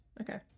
Okay